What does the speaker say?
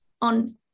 on